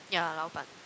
yeah Lao-Ban